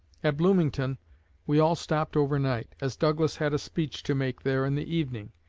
at bloomington we all stopped over night, as douglas had a speech to make there in the evening.